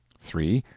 three.